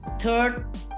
Third